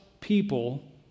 people